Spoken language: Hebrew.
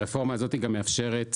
הרפורמה הזאת גם מאפשרת